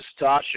Tasha